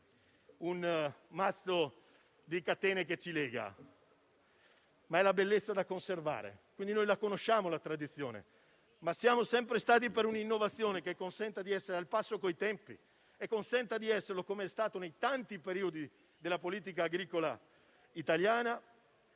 un mazzo di catene che ci lega, ma è la bellezza da conservare. Conosciamo la tradizione, ma siamo sempre stati per un'innovazione che consenta di essere al passo coi tempi, com'è stato nei tanti periodi della politica agricola italiana,